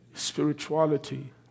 Spirituality